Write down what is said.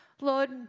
Lord